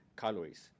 calories